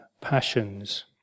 passions